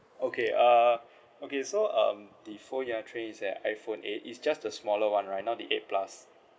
okay uh okay so um the phone you're trying to say iPhone eight it's just the smaller [one] right now the eight plus